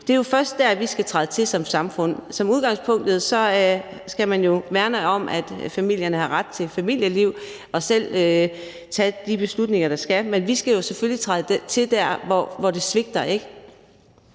Det er jo først der, vi skal træde til som samfund. Som udgangspunkt skal man jo værne om det, at familierne har ret til et familieliv og til selv at tage de beslutninger, der skal tages. Men vi skal selvfølgelig træde til der, hvor der er svigt.